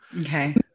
Okay